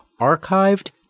archived